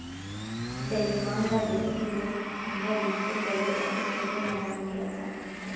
दईहान ल देखे ले हमला बिल्कुल बड़े अउ छोटे मैदान के असन लगथे